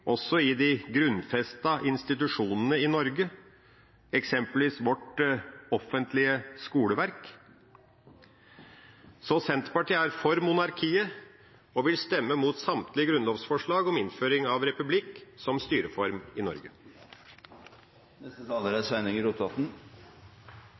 i de grunnfestede institusjonene i Norge, eksempelvis vårt offentlige skoleverk. Senterpartiet er for monarkiet og vil stemme mot samtlige grunnlovsforslag om innføring av republikk som styreform i Norge.